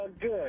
good